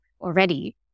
already